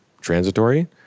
transitory